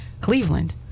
Cleveland